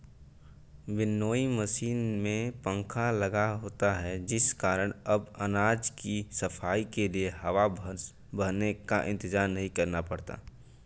winnowing machine में पंखा लगा होता है जिस कारण अब अनाज की सफाई के लिए हवा बहने का इंतजार नहीं करना पड़ता है